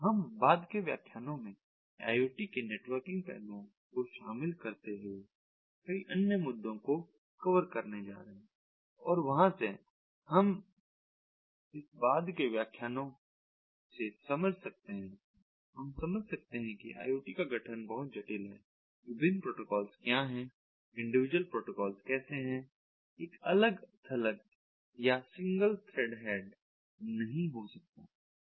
हम बाद के व्याख्यानों में IoT के नेटवर्किंग पहलुओं को शामिल करते हुए कई अन्य मुद्दों को कवर करने जा रहे हैं और वहाँ से हम इस बाद के व्याख्यानों से समझ सकते हैं हम समझ सकते हैं कि IoT का गठन बहुत जटिल है विभिन्न प्रोटोकॉल क्या हैं इंडिविजुअल प्रोटोकॉल कैसे है एक अलग थलग या सिंगल थ्रेड हेड नहीं हो सकता है